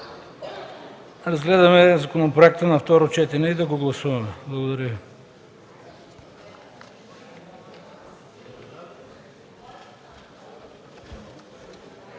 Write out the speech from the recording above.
разгледаме законопроекта на второ четене и да го гласуваме. Благодаря